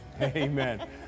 Amen